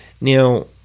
Now